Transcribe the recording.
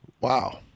Wow